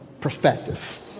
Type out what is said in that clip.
perspective